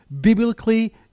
biblically